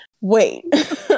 Wait